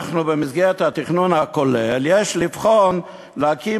במסגרת התכנון הכולל יש לבחון להקים